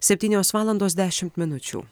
septynios valandos dešimt minučių